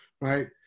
right